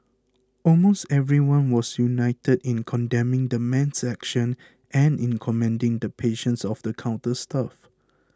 almost everyone was united in condemning the man's actions and in commending the patience of the counter staff